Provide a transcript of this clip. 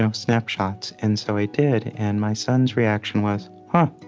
so snapshots. and so i did, and my son's reaction was, huh,